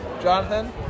Jonathan